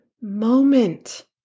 moment